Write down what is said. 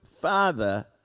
Father